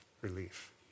relief